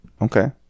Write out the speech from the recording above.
Okay